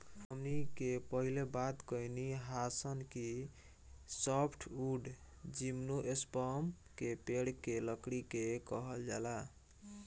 हमनी के पहिले बात कईनी हासन कि सॉफ्टवुड जिम्नोस्पर्म के पेड़ के लकड़ी के कहल जाला